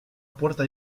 puerta